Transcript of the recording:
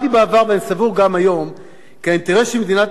כי האינטרס של מדינת ישראל לקדם שיח עם הפלסטינים